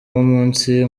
nk’umunsi